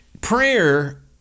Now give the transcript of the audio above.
prayer